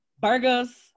burgers